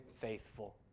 faithful